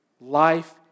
Life